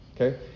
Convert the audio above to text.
okay